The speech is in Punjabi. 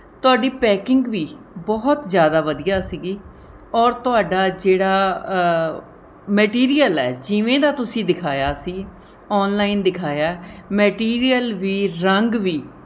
ਤੁਹਾਡੀ ਪੈਕਿੰਗ ਵੀ ਬਹੁਤ ਜ਼ਿਆਦਾ ਵਧੀਆ ਸੀਗੀ ਔਰ ਤੁਹਾਡਾ ਜਿਹੜਾ ਮੈਟੀਰੀਅਲ ਹੈ ਜਿਵੇਂ ਦਾ ਤੁਸੀਂ ਦਿਖਾਇਆ ਸੀ ਔਨਲਾਈਨ ਦਿਖਾਇਆ ਮੈਟੀਰੀਅਲ ਵੀ ਰੰਗ ਵੀ